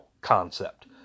concept